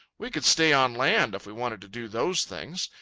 we could stay on land if we wanted to do those things.